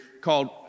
called